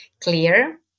clear